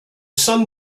sun